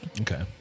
Okay